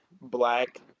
black